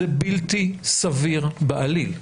זה בלתי סביר בעליל.